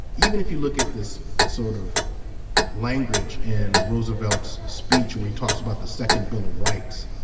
even if you look at this sort of language in roosevelt's speech where he talks about the second bill of rights,